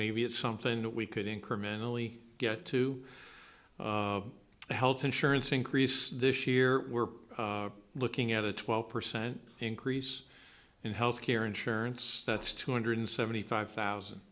maybe it's something that we could incrementally get to a health insurance increase this year we're looking at a twelve percent increase in health care insurance that's two hundred seventy five thousand